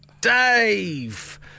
Dave